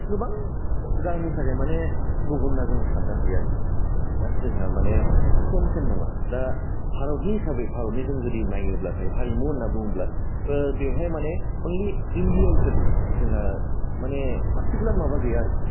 गोबां जोहोननि थाखाय माने गुबुन होन्ना जों सान्नो हायो आरोखि ना जोंहा माने सेम से नङा दा भारतनि हिसाबै भारतनि जों जुदि नायोब्लाथाय हारिमु होन्ना बुङोब्ला बेवहाय मानि अनलि इण्डिया हिसाबै जोंहा मानि पार्टिकुलार माबा गैया आरोखि